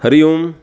हरिः ओम्